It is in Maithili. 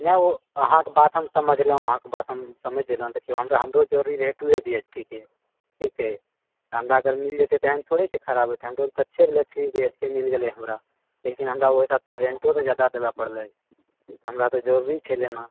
नहि ओ अहाँकेँ बात हम समझलहुँ अहाँकेँ बात हम समझ गेलहुँ हमरो जरूरी रहए टूए बी एचके ठीक अछि तऽ हमरा अगर मिल जेतए तऽ एहन थोड़े छै खराब छै हमरो लऽतऽ अछे छै जे एतए मिल गेलइ हमरा लए लेकिन हमरा ओहि हिसाबसँ रेंटो जादा देबय पड़लय हमरा तऽ जरूरी छै लेना